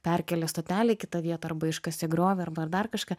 perkelė stotelę į kitą vietą arba iškasė griovį arba dar kažką